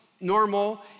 normal